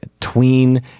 tween